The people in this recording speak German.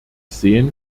sehen